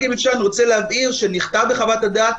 אני רוצה להבהיר שנכתב בחוות הדעת,